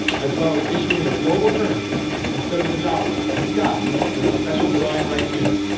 as well as issuing a global currency instead of the dollar. disguised as a special drawing rights unit.